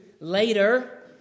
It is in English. later